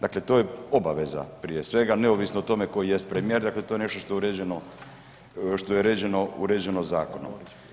Dakle, to je obaveza prije svega neovisno o tome tko jest premijer, dakle to je nešto je uređeno, što je uređeno zakonom.